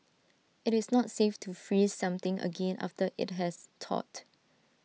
IT is not safe to freeze something again after IT has thawed